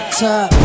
top